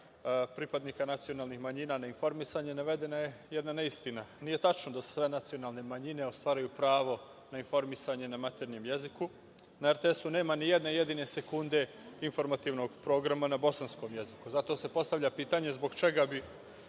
pripadnika nacionalnih manjina na informisanje navedena je jedna neistina. Nije tačno da sve nacionalne manjine ostvaruju pravo na informisanje na maternjem jeziku. Na RTS-u nema ni jedne jedine sekunde informativnog programa na bosanskom jeziku. Zato se postavlja pitanje zbog čega bi